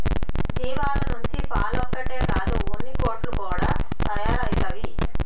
జీవాల నుంచి పాలొక్కటే కాదు ఉన్నికోట్లు కూడా తయారైతవి